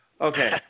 Okay